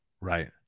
right